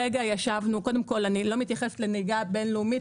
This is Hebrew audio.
קודם כל אני לא מתייחסת לנהיגה הבין-לאומית